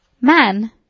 Man